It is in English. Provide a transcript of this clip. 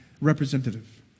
representative